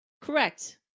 Correct